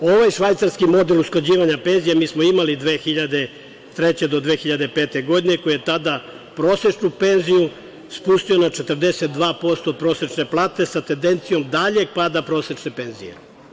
Ovaj švajcarski model usklađivanja penzija mi smo imali 2003. do 2005. godine, koji je tada prosečnu penziju spustio na 42% prosečne plate sa tendencijom daljeg pada prosečne penzije.